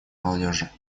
молодежи